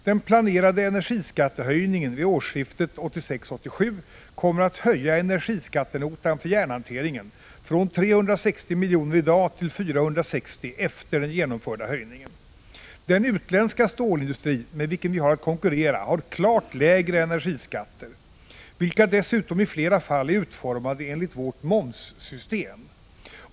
Den planerade energiskattehöjningen vid årsskiftet 1986-1987 kommer att höja energiskattenotan för järnhanteringen från 360 miljoner i dag till 460 efter den genomförda höjningen. Den utländska stålindustri med vilken vi har att konkurrera har klart lägre energiskatter, vilka dessutom i flera fall är utformade enligt vårt momssystem.